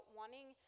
wanting